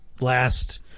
last